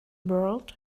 world